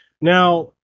Now